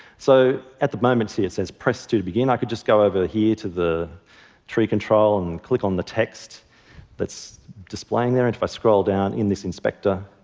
so at the moment, see it says press to to begin. i could just go over here to the tree control and click on the text that's displaying there. and if i scroll down in this inspector,